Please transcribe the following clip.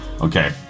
Okay